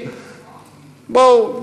בואו,